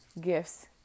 gifts